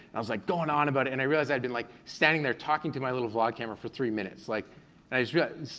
i was like going on about it, and i realized i'd been like standing there talking to my little vlog camera for three minutes. like and i just